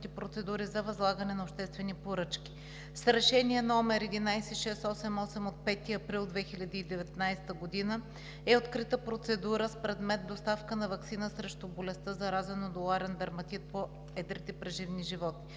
процедури за възлагане на обществени поръчки. С Решение № 11-688 от 5 април 2019 г. е открита процедура с предмет „Доставка на ваксина срещу болестта заразен нодуларен дерматит по едрите преживни животни“.